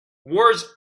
words